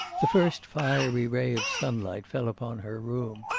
the first fiery ray of sunlight fell upon her room.